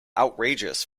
outrageous